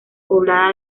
poblada